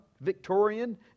Victorian